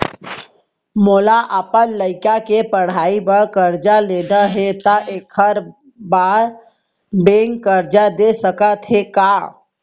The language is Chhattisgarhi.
मोला अपन लइका के पढ़ई बर करजा लेना हे, त एखर बार बैंक करजा दे सकत हे का?